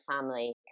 family